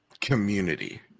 community